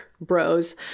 bros